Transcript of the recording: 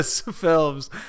films